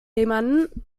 jemanden